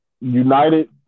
United